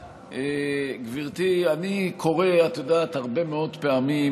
גברתי, אני קורא הרבה מאוד פעמים